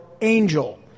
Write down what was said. angel